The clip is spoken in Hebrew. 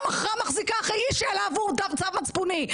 מחרה מחזיקה אחרי איש שהוא נגד צו מצפוני.